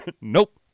Nope